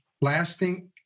lasting